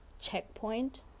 checkpoint